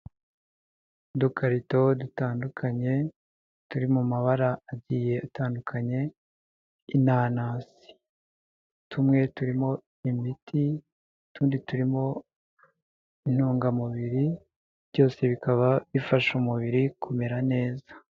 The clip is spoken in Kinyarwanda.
Udukarito dutandukanye turi mu mabara agiye atandukanye inanasi, tumwe turimo imiti utundi turimo intungamubiri, byose bikaba bifasha umubiri kumera neza.